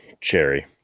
Cherry